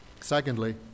Secondly